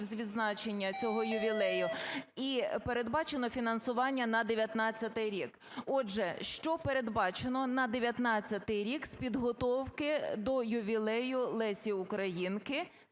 з відзначення цього ювілею і передбачене фінансування на 19-й рік. Отже, що передбачено на 19-й рік з підготовки до ювілею Лесі Українки?